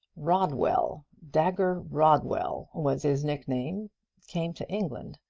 rodwell dagger rodwell was his nickname came to england.